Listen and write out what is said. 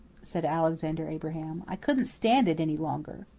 said alexander abraham. i couldn't stand it any longer.